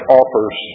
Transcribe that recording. offers